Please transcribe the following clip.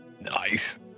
Nice